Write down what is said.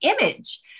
image